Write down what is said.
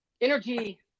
Energy